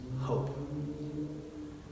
hope